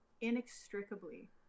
inextricably